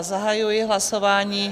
Zahajuji hlasování...